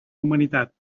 humanitat